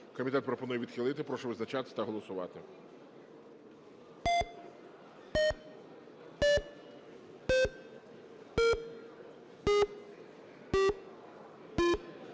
Комітет пропонує відхилити. Прошу визначатись та голосувати.